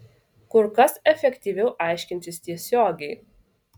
kur kas efektyviau aiškintis tiesiogiai